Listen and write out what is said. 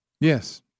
Yes